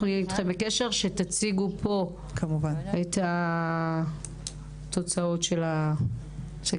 אנחנו נהיה אתכם בקשר שתציגו פה את התוצאות של הסקר.